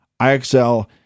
IXL